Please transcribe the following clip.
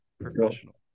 Professional